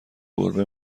گربه